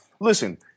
listen